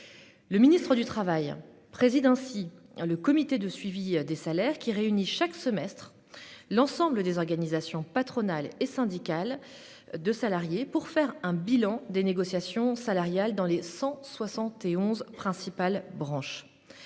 de l'insertion préside ainsi le comité de suivi des salaires, qui réunit chaque semestre l'ensemble des organisations patronales et syndicales pour dresser un bilan des négociations salariales dans les 171 principales branches.